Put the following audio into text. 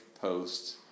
post